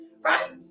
right